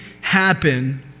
happen